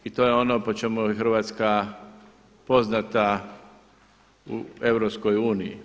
I to je ono po čemu je Hrvatska poznata u EU.